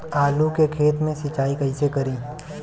आलू के खेत मे सिचाई कइसे करीं?